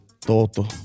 Toto